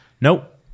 Nope